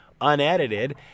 unedited